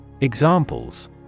Examples